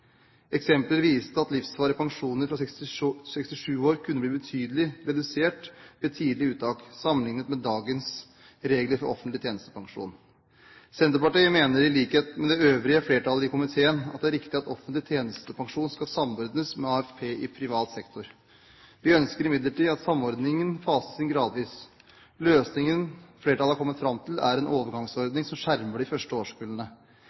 Eksempler viste at livsvarige pensjoner fra 67 år kunne bli betydelig redusert ved tidlig uttak sammenliknet med dagens regler for offentlig tjenestepensjon. Senterpartiet mener i likhet med det øvrige flertallet i komiteen at det er riktig at offentlig tjenestepensjon skal samordnes med AFP i privat sektor. Vi ønsker imidlertid at samordningen fases inn gradvis. Løsningen flertallet har kommet fram til, er en overgangsordning som skjermer de første